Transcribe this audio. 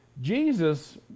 Jesus